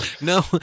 no